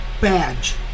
Badge